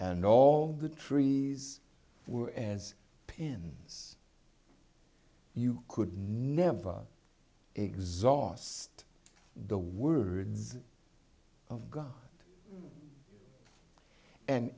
and all the trees were as pins you could never exhaust the words of god and